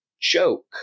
joke